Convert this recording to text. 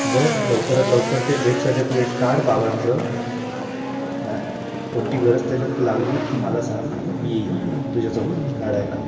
बघ लवकरात लवकर ते डेट सर्टिफिकेट काढ बाबांचा माझी कोणती गरज त्याच्यात लागली तर मला सांग मी येईन तुझ्यासोबत काढायला